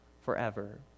forever